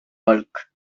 bulk